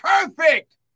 perfect